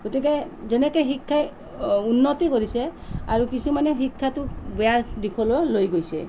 গতিকে যেনেকৈ শিক্ষাই উন্নতি কৰিছে আৰু কিছুমানে শিক্ষাটোক বেয়া দিশলৈও লৈ গৈছে